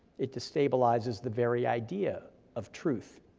it destabilizes the very idea of truth,